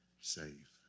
save